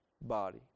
body